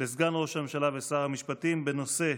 לסגן ראש הממשלה ושר המשפטים, בנושא: